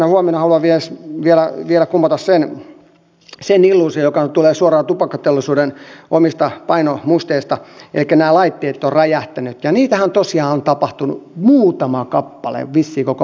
viimeisenä huomiona haluan vielä kumota sen illuusion joka tulee suoraan tupakkateollisuuden omasta painomusteesta että nämä laitteet ovat räjähtäneet ja niitähän on tosiaan tapahtunut muutama kappale vissiin koko maailmassa